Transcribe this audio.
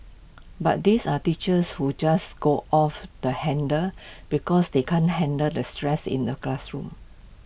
but these are teachers who just go off the handle because they can't handle the stress in the classroom